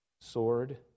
Sword